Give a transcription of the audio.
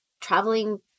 traveling